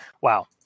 wow